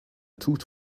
tooth